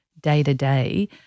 day-to-day